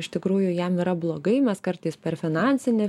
iš tikrųjų jam yra blogai mes kartais per finansinį